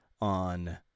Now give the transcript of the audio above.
on